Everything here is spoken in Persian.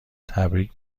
تبریک